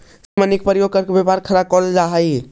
seed money के प्रयोग करके व्यापार खड़ा कैल जा हई